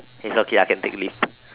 its okay I can take leave